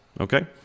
okay